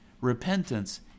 Repentance